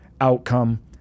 outcome